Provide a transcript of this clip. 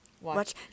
Watch